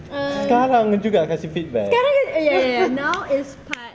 sekarang juga kasi feedback